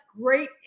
great